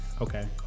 Okay